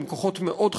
שהם כוחות מאוד חשובים,